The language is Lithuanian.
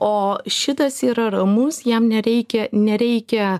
o šitas yra ramus jam nereikia nereikia